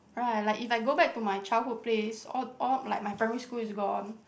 right like if I go back to my childhood place all all like my primary school is gone